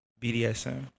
BDSM